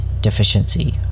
deficiency